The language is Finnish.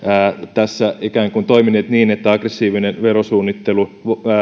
tässä ikään kuin toimineet niin että aggressiivinen verosuunnittelu